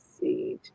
see